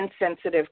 insensitive